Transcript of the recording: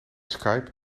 skype